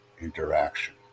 interaction